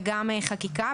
וגם חקיקה,